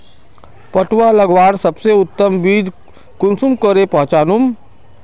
पटुआ लगवार सबसे उत्तम बीज कुंसम करे पहचानूम?